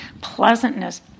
Pleasantness